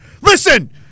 listen